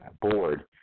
board